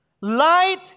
Light